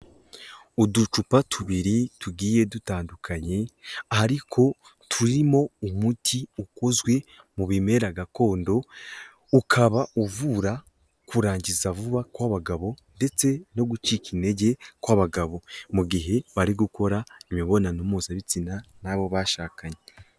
Uducupa tubiri tugiye dutandukanye, ariko turimo umuti ukozwe mu bimera gakondo, ukaba uvura kurangiza vuba kw'abagabo ndetse no gucika intege kw'abagabo, mu gihe bari gukora imibonano mpuzabitsina n'abo bashakanye.